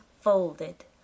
folded